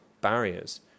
barriers –